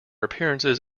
appearances